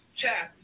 chat